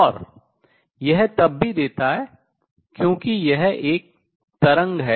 और यह तब भी देता है क्योंकि यह एक तरंग है